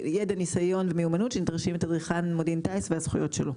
ניסיון ומיומנות שנדרשים מתדריכן מודיעין טיס והזכויות שלו.